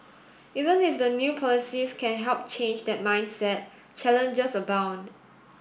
even if the new policies can help change that mindset challenges abound